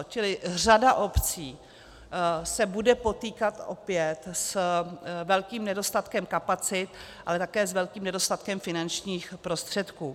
Čili řada obcí se bude potýkat opět s velkým nedostatkem kapacit, ale také s velkým nedostatkem finančních prostředků.